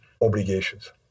obligations